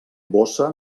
bossa